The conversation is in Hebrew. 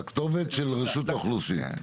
לכתובת הרשומה ברשות האוכלוסין.